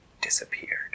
disappeared